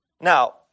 Now